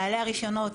בעלי הרישיונות,